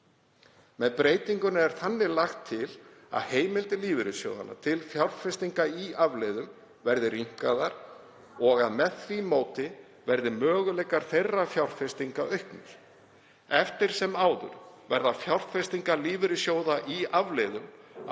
Með breytingunni er þannig lagt til að heimildir lífeyrissjóða til fjárfestinga í afleiðum verði rýmkaðar og að með því móti verði möguleikar þeirra til fjárfestinga auknir. Eftir sem áður verða fjárfestingar lífeyrissjóða í afleiðum að